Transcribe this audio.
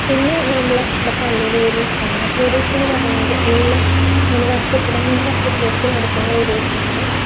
പിന്നെ നമ്മുടെ ആടെ പള്ളിയിലെ ഉറൂസാണ് ഉറൂസെന്ന് പറയുന്നത് എല്ലാം വർഷത്തിൽ അഞ്ചു വർഷത്തിലൊരിക്കൽ നടക്കുന്ന ഉറൂസാണ്